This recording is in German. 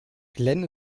glenn